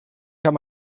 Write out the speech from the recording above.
kann